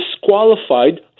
disqualified